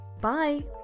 bye